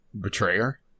betrayer